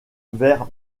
vers